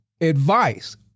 advice